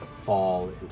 fall